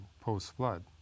post-flood